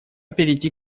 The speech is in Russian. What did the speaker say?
перейти